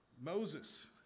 Moses